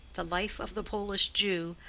the life of the polish jew,